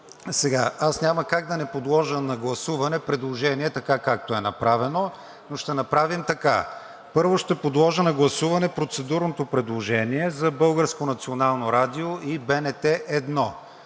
Сега, аз няма как да не подложа на гласуване предложение така, както е направено, но ще направим така. Първо ще подложа на гласуване процедурното предложение за